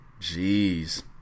Jeez